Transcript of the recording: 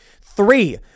Three